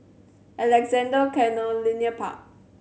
Alexandra Canal Linear Park